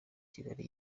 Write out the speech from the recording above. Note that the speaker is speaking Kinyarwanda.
kigali